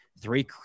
Three